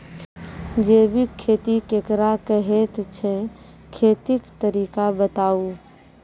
जैबिक खेती केकरा कहैत छै, खेतीक तरीका बताऊ?